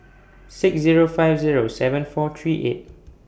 six Zero five Zero seven four three eight